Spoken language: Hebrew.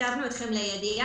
כתבנו אתכם לידיעה,